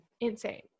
Insane